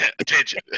Attention